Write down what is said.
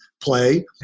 play